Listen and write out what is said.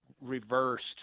reversed